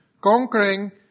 conquering